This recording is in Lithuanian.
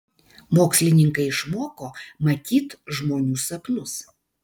mokslininkai išmoko matyt žmonių sapnus